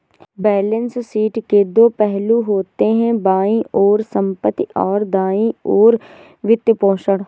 balance sheet के दो पहलू होते हैं, बाईं ओर संपत्ति, और दाईं ओर वित्तपोषण